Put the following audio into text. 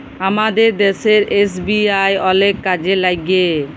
আমাদের দ্যাশের এস.বি.আই অলেক কাজে ল্যাইগে